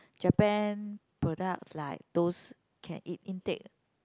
Japan product like those can eat intake